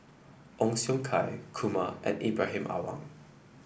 Ong Siong Kai Kumar and Ibrahim Awang